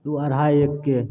ओ अढ़ाइ एकके